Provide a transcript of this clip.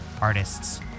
artists